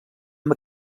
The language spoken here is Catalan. amb